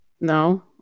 No